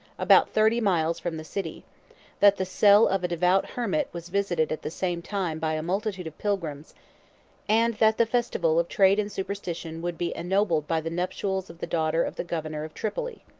about thirty miles from the city that the cell of a devout hermit was visited at the same time by a multitude of pilgrims and that the festival of trade and superstition would be ennobled by the nuptials of the daughter of the governor of tripoli.